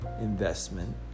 investment